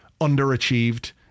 underachieved